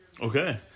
Okay